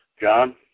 John